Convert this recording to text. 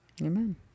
Amen